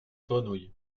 grenouilles